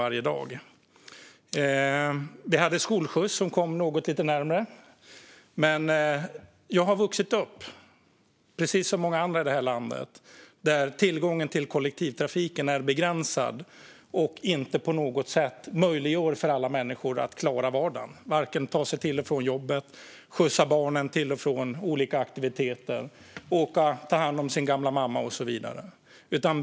Vi hade skolskjuts som kom något lite närmare, men jag har vuxit upp, precis som många andra i det här landet, där tillgången till kollektivtrafiken är begränsad och inte på något sätt möjliggör för alla människor att klara vardagen. Det går inte att använda sig av den för att ta sig till och från jobbet, för barnen att ta sig till och från olika aktiviteter eller för att åka för att ta hand om sin gamla mamma och så vidare.